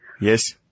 Yes